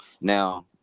Now